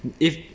if